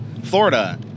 Florida